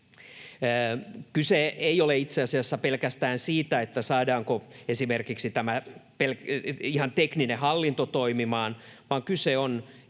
Kyse ei ole itse asiassa pelkästään siitä, saadaanko esimerkiksi tämä ihan tekninen hallinto toimimaan, vaan kyse on